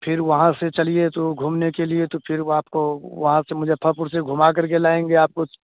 फिर वहाँ से चलिए तो घूमने के लिए तो फिर वो आपको वहाँ से मुजफ़्फ़रपुर से घूमा कर के लाएँगे आप कुछ